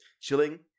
chilling